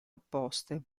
opposte